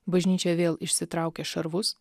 bažnyčia vėl išsitraukė šarvus